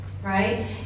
right